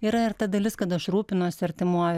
yra ir ta dalis kad aš rūpinuosi artimuoju